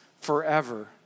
forever